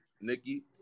Nikki